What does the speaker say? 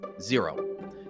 zero